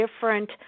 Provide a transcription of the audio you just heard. different